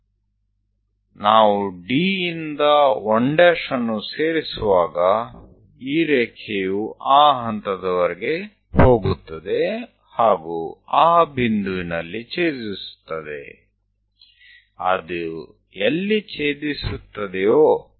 જ્યારે આપણે D થી 1 જઈએ છીએ ત્યારે આ લીટી પૂરી રીતે તે બિંદુ પાસે છેદે છે પછી છેલ્લે સુધી પૂરી રીતે જાય છે